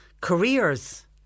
careers